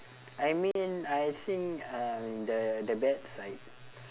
I mean I think I'm in the the bad side